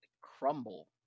Crumble